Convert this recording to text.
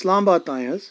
اِسلام باد تام حظ